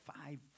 five